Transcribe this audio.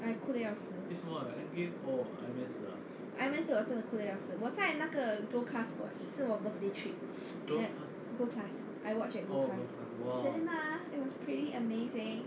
我哭得要死 iron man 死我真的哭得要死我在那个 gold class watch 是我 birthday treat gold class I watch at gold class cinema it was pretty amazing